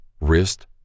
wrist